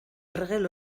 ergel